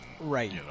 right